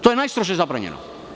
To je najstrože zabranjeno.